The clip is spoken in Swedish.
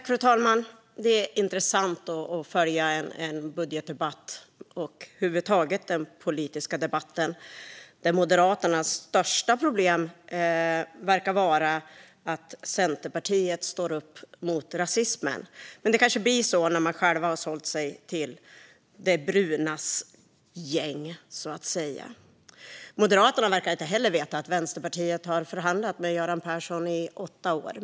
Fru talman! Det är intressant att följa budgetdebatten och över huvud taget den politiska debatten. Moderaternas största problem verkar vara att Centerpartiet står upp mot rasismen. Men det kanske blir så när de själva har sålt sig till de brunas gäng. Moderaterna verkar inte heller veta att Vänsterpartiet förhandlade med Göran Persson i åtta år.